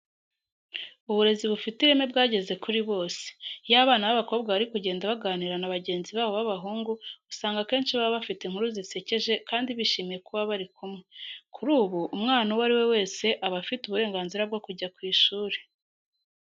Uburezi bufite ireme bwageze kuri bose. Iyo abana b'abakobwa bari kugenda baganira na bagenzi babo b'abahungu usanga akenshi baba bafite inkuru zisekeje kandi bishimiye kuba bari kumwe. Kuri ubu, umwana uwo ari we wese aba afite uburenganzira bwo kujya ku ishuri.